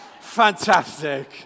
fantastic